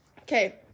Okay